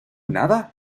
nada